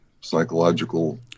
Psychological